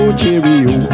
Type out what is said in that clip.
cheerio